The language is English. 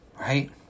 right